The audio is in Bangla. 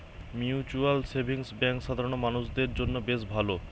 মিউচুয়াল সেভিংস বেঙ্ক সাধারণ মানুষদের জন্য বেশ ভালো